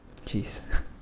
Jeez